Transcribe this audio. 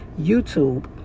YouTube